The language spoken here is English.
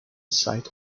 site